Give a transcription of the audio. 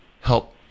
help